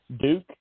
Duke